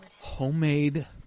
Homemade